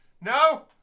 No